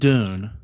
Dune